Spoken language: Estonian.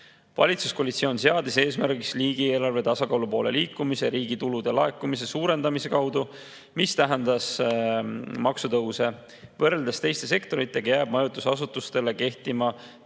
Valitsuskoalitsioon seadis eesmärgiks riigieelarve tasakaalu poole liikumise riigi tulude laekumise suurendamise kaudu, mis tähendab maksutõuse. Võrreldes teiste sektoritega jääb 2025. aastast majutusasutustele kehtima tavapärasest